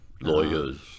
lawyers